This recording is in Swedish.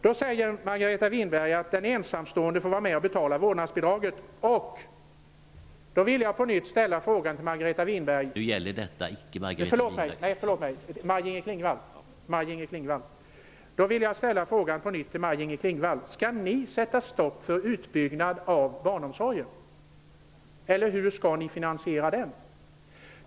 Maj-Inger Klingvall säger att den ensamstående får vara med och betala vårdnadsbidraget. Jag vill på nytt ställa frågan till Maj-Inger Klingvall: Skall ni sätta stopp för utbyggnad av barnomsorgen, eller hur skall ni finansiera den?